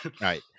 right